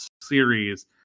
series